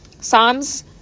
psalms